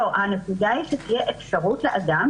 הנקודה היא שתהיה אפשרות לאדם,